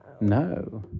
No